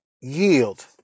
yield